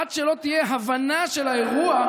עד שלא תהיה הבנה של האירוע,